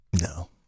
No